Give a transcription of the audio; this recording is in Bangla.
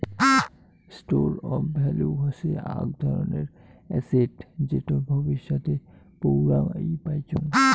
স্টোর অফ ভ্যালু হসে আক ধরণের এসেট যেটো ভবিষ্যতে পৌরাই পাইচুঙ